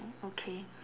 okay